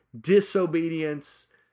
disobedience